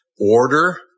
order